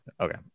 Okay